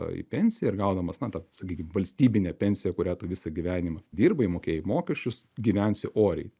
į pensiją ir gaudamas na tą sakykim valstybinę pensiją kurią tu visą gyvenimą dirbai mokėjai mokesčius gyvensi oriai